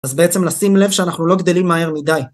אז בעצם לשים לב שאנחנו לא גדלים מהר מדי.